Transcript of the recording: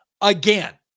Again